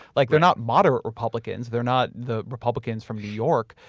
like they're not moderate republicans, they're not the republicans from new york.